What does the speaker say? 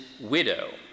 widow